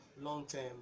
Long-term